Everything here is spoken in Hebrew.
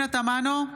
תמנו,